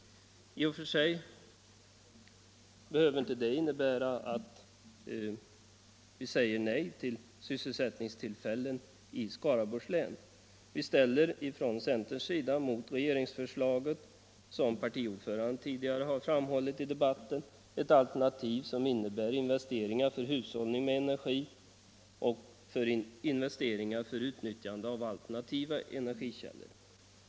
I och för sig innebär vårt ställningstagande inte att vi säger nej till sysselsättningstillfällen i Skaraborgs län. Mot regeringens förslag ställer centerpartiet, som vår partiordförande tidigare har framhållit i debatten, ett alternativ som innebär investeringar för hushållning med energi och för utnyttjande av alternativa energikällor.